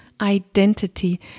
identity